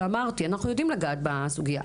ואמרתי שאנחנו יודעים לגעת בסוגיה.